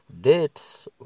dates